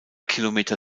kilometer